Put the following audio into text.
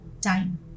time